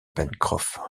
pencroff